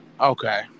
Okay